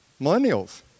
millennials